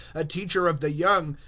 a teacher of the young,